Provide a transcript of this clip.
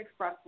expressway